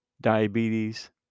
diabetes